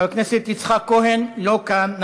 חבר הכנסת יצחק כהן, לא כאן.